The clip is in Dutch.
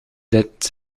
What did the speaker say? dit